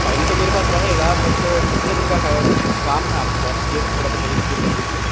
time तो मेरे पास रहेगा बट कितने दिन का काम है आपके पास यह थोड़ा सा मुझे क्लियर कर दीजिए